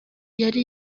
yari